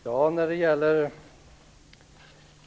Herr talman!